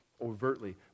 overtly